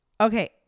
okay